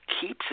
keeps